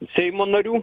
seimo narių